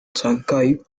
chancay